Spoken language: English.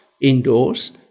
indoors